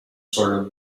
sort